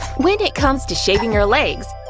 when it comes to shaving your legs,